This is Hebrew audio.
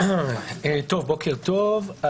בוקר טוב.